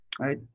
right